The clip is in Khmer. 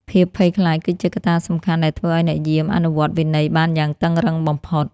ភាពភ័យខ្លាចគឺជាកត្តាសំខាន់ដែលធ្វើឱ្យអ្នកយាមអនុវត្តវិន័យបានយ៉ាងតឹងរ៉ឹងបំផុត។